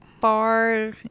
bar